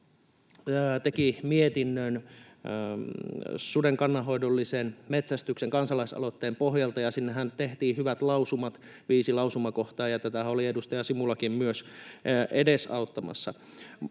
teki mietinnön suden kannanhoidollisen metsästyksen kansalaisaloitteen pohjalta, ja sinnehän tehtiin hyvät lausumat, viisi lausumakohtaa, ja tätähän oli edustaja Simulakin myös edesauttamassa.